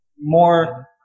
more